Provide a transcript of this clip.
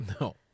No